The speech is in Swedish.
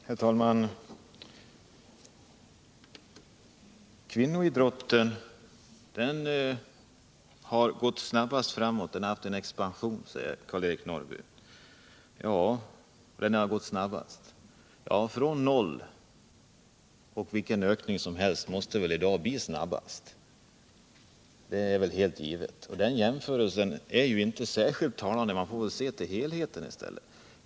Herr talman! Kvinnoidrotten har gått snabbast framåt — den har haft en expansion, säger Karl-Eric Norrby. Ja, nog har den gått snabbast. Men med utgångsläget noll måste vilken ökning som helst bli snabbast — det är väl helt givet. Jämförelsen är därför inte särskilt talande. Man måste här se till helheten.